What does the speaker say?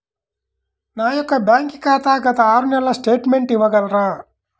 నా యొక్క బ్యాంక్ ఖాతా గత ఆరు నెలల స్టేట్మెంట్ ఇవ్వగలరా?